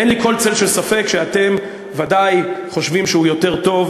אין לי כל צל של ספק שאתם ודאי חושבים שהוא יותר טוב,